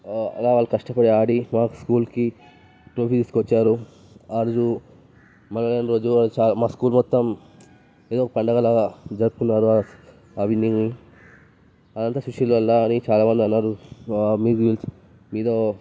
అలా వాళ్ళు కష్టపడి ఆడి మా స్కూల్కి ట్రోఫీ తీసుకొచ్చారు ఆ రోజు మొదలైనా రోజు మా స్కూల్ మొత్తం ఏదో పండగలాగా జరుపుకున్నారు ఆ విన్నింగ్ అదంతా సుశీల్ వల్ల అని చాలా మంది అన్నారు మీతో